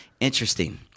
Interesting